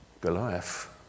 Goliath